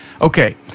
Okay